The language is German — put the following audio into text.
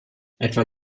etwa